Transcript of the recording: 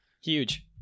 Huge